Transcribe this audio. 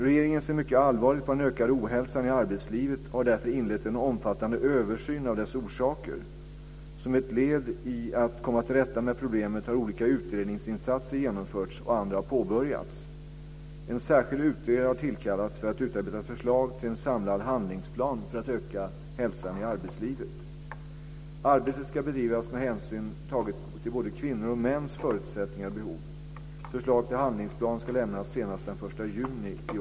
Regeringen ser mycket allvarligt på den ökade ohälsan i arbetslivet och har därför inlett en omfattande översyn av dess orsaker. Som ett led i att komma till rätta med problemet har olika utredningsinsatser genomförts och andra har påbörjats. En särskild utredare har tillkallats för att utarbeta förslag till en samlad handlingsplan för ökad hälsa i arbetslivet. Arbetet ska bedrivas med hänsyn tagen till både kvinnor och mäns förutsättningar och behov. Förslag till handlingsplan ska lämnas senast den 1 juni 2001.